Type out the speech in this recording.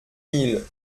mille